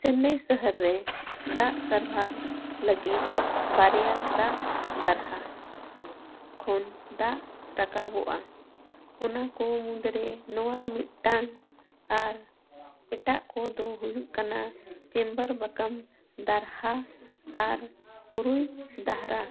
ᱪᱮᱱᱱᱟᱭ ᱥᱚᱦᱚᱨ ᱨᱮ ᱫᱟᱜ ᱥᱟᱨᱵᱷᱟᱨ ᱞᱟᱹᱜᱤᱫ ᱵᱟᱨᱭᱟ ᱫᱟᱜ ᱫᱟᱨᱦᱟ ᱠᱷᱚᱱ ᱫᱟᱜ ᱨᱟᱠᱟᱵᱚᱜᱼᱟ ᱚᱱᱟ ᱠᱚ ᱢᱩᱫᱽᱨᱮ ᱱᱚᱣᱟ ᱢᱤᱫᱴᱟᱝ ᱟᱨ ᱮᱴᱟᱜ ᱠᱚᱫᱚ ᱦᱩᱭᱩᱜ ᱠᱟᱱᱟ ᱪᱮᱢᱵᱟᱨ ᱵᱟᱠᱟᱢ ᱫᱟᱨᱦᱟ ᱟᱨ ᱯᱩᱨᱩᱭ ᱫᱟᱦᱨᱟ